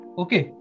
okay